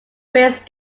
phrase